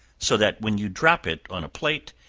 so that when you drop it on a plate,